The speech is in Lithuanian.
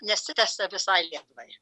nesitęsia visai lietuvai